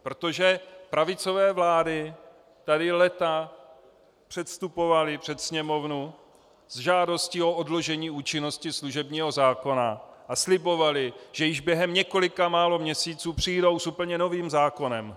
Protože pravicové vlády tady léta předstupovaly před sněmovnu s žádostí o odložení účinnosti služebního zákona a slibovaly, že již během několik málo měsíců přijdou s úplně novým zákonem.